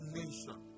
nation